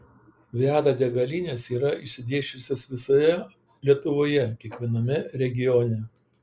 viada degalinės yra išsidėsčiusios visoje lietuvoje kiekviename regione